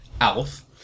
Alf